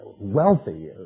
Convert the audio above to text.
wealthy